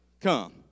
Come